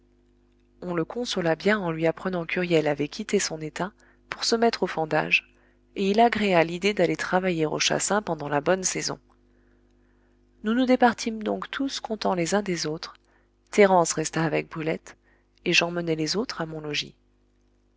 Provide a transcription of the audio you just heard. on le consola bien en lui apprenant qu'huriel avait quitté son état pour se mettre au fendage et il agréa l'idée d'aller travailler au chassin pendant la bonne saison nous nous départîmes donc tous contents les uns des autres thérence resta avec brulette et j'emmenai les autres à mon logis